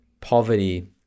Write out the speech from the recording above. poverty